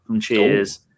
Cheers